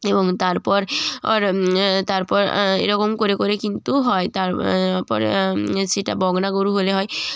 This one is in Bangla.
এবং তারপর ওর তারপর এরকম করে করে কিন্তু হয় তার পরে সেটা বকনা গরু হলে হয়